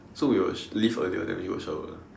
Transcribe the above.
so we would leave earlier then we go shower